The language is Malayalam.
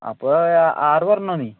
അപ്പോൾ ആറ് പറഞ്ഞോ നീ